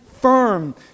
firm